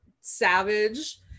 savage